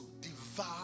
devour